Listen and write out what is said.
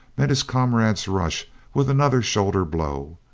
met his comrade's rush with another shoulder blow.